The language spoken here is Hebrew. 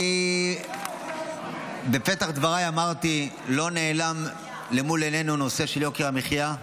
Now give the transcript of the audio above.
כי בפתח דבריי אמרתי: לא נעלם מול עינינו הנושא של יוקר המחיה,